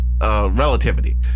relativity